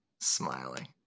smiling